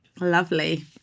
Lovely